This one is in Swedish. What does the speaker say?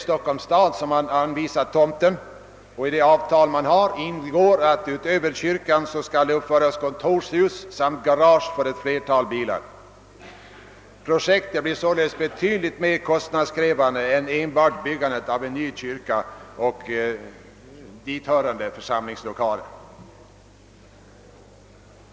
Stockholms stad har anvisat tomten och i avtalet ingår att man utöver kyrka skall uppföra kontorshus samt garage för ett flertal bilar. Projektet blir således betydligt mer kostnadskrävande än byggande av enbart en ny kyrka och dithörande församlingslokaler.